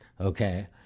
okay